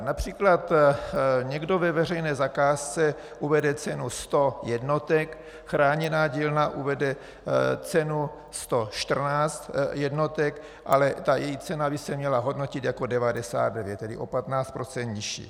Například někdo ve veřejné zakázce uvede cenu 100 jednotek, chráněná dílna uvede cenu 114 jednotek, ale její cena by se měla hodnotit jako 99, tedy o 15 % nižší.